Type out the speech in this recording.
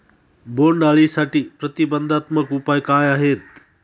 बोंडअळीसाठी प्रतिबंधात्मक उपाय काय आहेत?